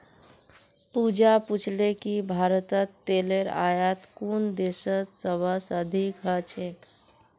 पूजा पूछले कि भारतत तेलेर आयात कुन देशत सबस अधिक ह छेक